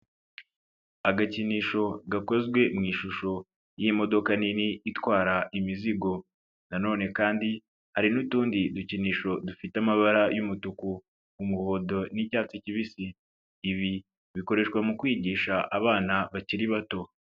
Agakinisho gakozwe mu ishusho y'imodoka nini itwara imizigo nanone kandi hari n'utundi dukinisho dufite amabara y'umutuku, umuhondo n'icyatsi kibisi. Ibi bikoreshwa mu kwigisha abana bakiri bato.